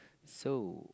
so